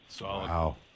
Wow